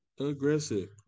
aggressive